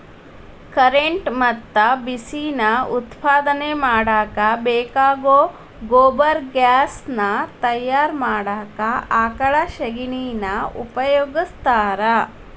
current ಮತ್ತ ಬಿಸಿ ನಾ ಉತ್ಪಾದನೆ ಮಾಡಾಕ ಬೇಕಾಗೋ ಗೊಬರ್ಗ್ಯಾಸ್ ನಾ ತಯಾರ ಮಾಡಾಕ ಆಕಳ ಶಗಣಿನಾ ಉಪಯೋಗಸ್ತಾರ